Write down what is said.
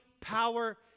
power